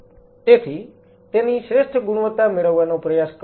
તેથી તેની શ્રેષ્ઠ ગુણવત્તા મેળવવાનો પ્રયાસ કરો